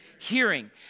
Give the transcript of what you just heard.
hearing